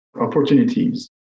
opportunities